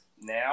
now